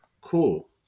Cool